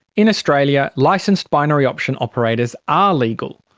in australia, licensed binary option operators are legal.